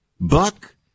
Buck